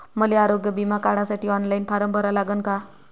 मले आरोग्य बिमा काढासाठी ऑनलाईन फारम भरा लागन का?